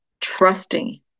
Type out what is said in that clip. trusting